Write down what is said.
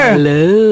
Hello